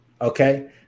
Okay